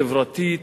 חברתית,